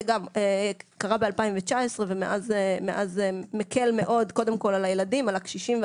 זה קרה ב-2019 ומאז זה מקל מאוד קודם כול על הילדים,